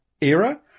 era